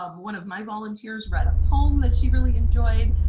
um one of my volunteers read a poem that she really enjoyed.